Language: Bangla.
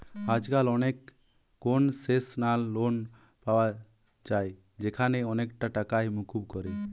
আজকাল অনেক কোনসেশনাল লোন পায়া যায় যেখানে অনেকটা টাকাই মুকুব করে